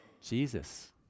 Jesus